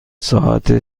ساعت